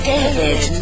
David